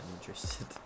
interested